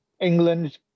England